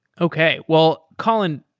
okay. well, collin,